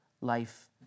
life